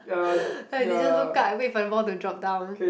like they just look up and wait for the ball to drop down